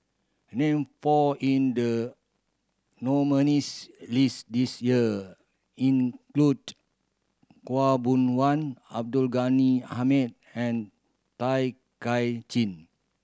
name four in the nominees' list this year include Khaw Boon Wan Abdul Ghani Hamid and Tay Kay Chin